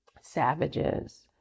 savages